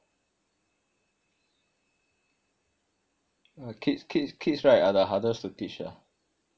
!wah! kids kids kids right are the hardest to teach lah